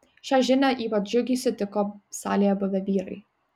šią žinią ypač džiugiai sutiko salėje buvę vyrai